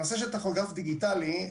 הנושא של טכוגרף דיגיטלי,